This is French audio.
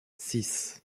six